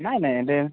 নাই নাই ইয়াতে